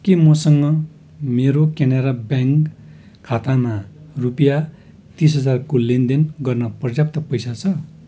के मसँग मेरो केनरा ब्याङ्क खाताना रुपियाँ तिस हजारको लेनदेन गर्न पर्याप्त पैसा छ